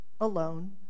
alone